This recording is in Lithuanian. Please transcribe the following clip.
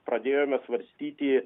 pradėjome svarstyti